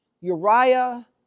Uriah